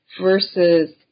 versus –